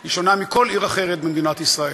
היא שונה מכל עיר אחרת במדינת ישראל.